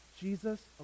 Jesus